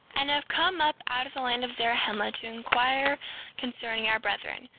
and have come up out of the land of zarahemla to inquire concerning our brethren,